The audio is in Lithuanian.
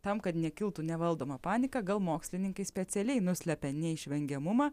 tam kad nekiltų nevaldoma panika gal mokslininkai specialiai nuslepia neišvengiamumą